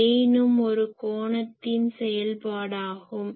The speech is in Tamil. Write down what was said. கெயினும் ஒரு கோணத்தின் செயல்பாடாகும்